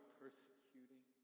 persecuting